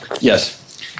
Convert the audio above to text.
Yes